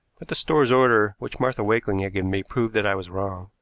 but the store's order which martha wakeling had given me proved that i was wrong.